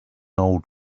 old